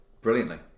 brilliantly